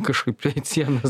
kažkaip prie sienos